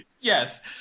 Yes